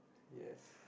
yes